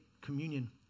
communion